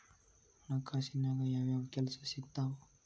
ಹಣಕಾಸಿನ್ಯಾಗ ಯಾವ್ಯಾವ್ ಕೆಲ್ಸ ಸಿಕ್ತಾವ